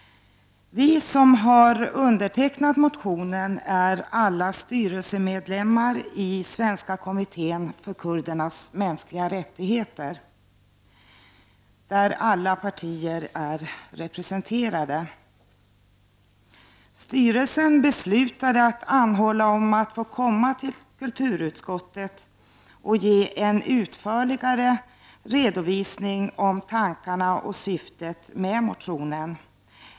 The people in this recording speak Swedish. Vi som har undertecknat motionen är alla styrelsemedlemmar i Svenska kommittén för kurdernas mänskliga rättigheter, där alla partier är representerade. Styrelsen beslutade att anhålla om att få komma till kulturutskottet och ge en utförligare redovisning om tankarna och syftet med motionen.